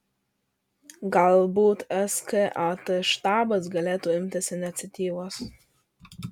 galbūt skat štabas galėtų imtis iniciatyvos